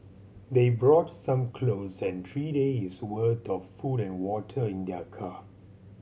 they brought some clothes and three days' worth of food and water in their car